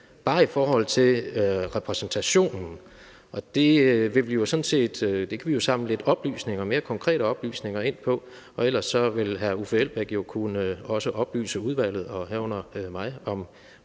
bare i forhold til repræsentationen. Og det kan vi samle lidt mere konkrete oplysninger ind om, og ellers vil hr. Uffe Elbæk jo også løbende kunne oplyse udvalget og herunder mig om